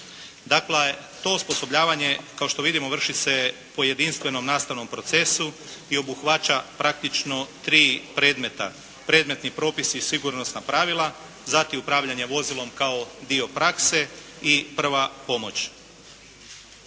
Dakle to osposobljavanje kao što vidimo vrši se po jedinstvenom nastavnom procesu i obuhvaća praktično tri predmeta, predmetni propisi i sigurnosna pravila, zatim upravljanje vozilom kao dio prakse i prva pomoć.